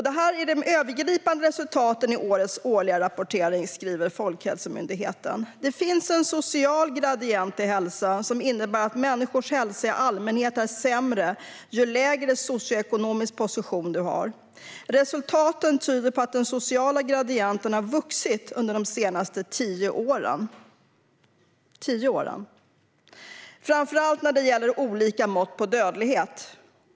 Detta är de övergripande resultaten i årets årliga rapportering, skriver Folkhälsomyndigheten: Det finns en social gradient i hälsa som innebär att människors hälsa i allmänhet är sämre ju lägre socioekonomisk position de har. Resultaten tyder på att den sociala gradienten har vuxit under de senaste tio åren, framför allt när det gäller olika mått på dödlighet.